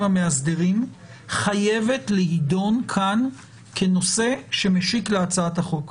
המאסדרים חייבת להידון כאן כנושא שמשיק להצעת החוק.